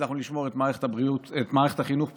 הצלחנו לשמור את מערכת החינוך פתוחה,